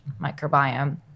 microbiome